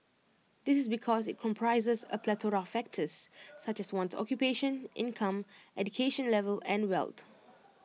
this is because IT comprises A plethora of factors such as one's occupation income education level and wealth